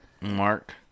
Mark